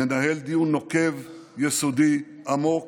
ננהל דיון נוקב, יסודי, עמוק,